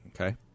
Okay